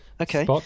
Okay